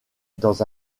dans